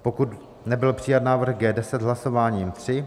pokud nebyl přijat návrh G10 hlasováním tři